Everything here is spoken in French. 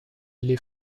les